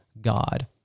God